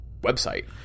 website